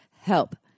help